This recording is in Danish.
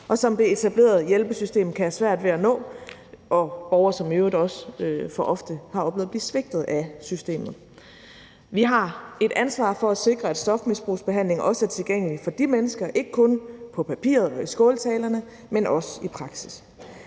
og som det etablerede hjælpesystem kan have svært ved at nå, og borgere, som i øvrigt også for ofte har oplevet at blive svigtet af systemet. Vi har et ansvar for at sikre, at stofmisbrugsbehandling også er tilgængelig for de mennesker – ikke kun på papiret ved skåltalerne, men også i praksis.